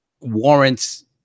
warrants